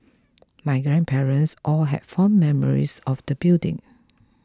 my grandparents all had fond memories of the building